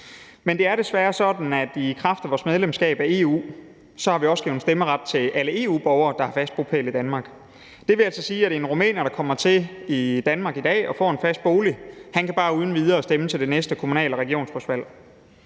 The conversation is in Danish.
Men det er desværre sådan, at i kraft af vores medlemskab af EU har vi også givet stemmeret til alle EU-borgere, der har fast bopæl i Danmark. Det vil altså sige, at en rumæner, der kommer til Danmark i dag og får en fast bolig, bare uden videre kan stemme til det næste kommunal- og regionsrådsvalg.